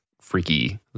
freaky